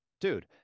dude